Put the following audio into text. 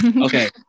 Okay